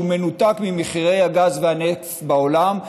שהוא מנותק ממחירי הגז והנפט בעולם,